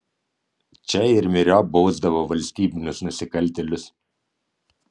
čia ir myriop bausdavo valstybinius nusikaltėlius